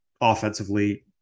offensively